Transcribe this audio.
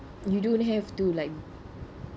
you don't have to like